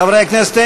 חברי הכנסת,